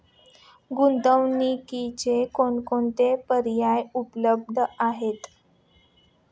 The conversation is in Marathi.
गुंतवणुकीचे कोणकोणते पर्याय उपलब्ध आहेत?